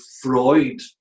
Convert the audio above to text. Freud